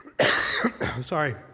sorry